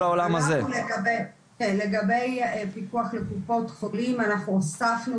לגבי פיקוח על קופות חולים אנחנו הוספנו